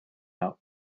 out